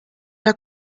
der